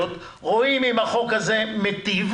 רואים אם החוק הזה מיטיב,